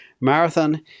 Marathon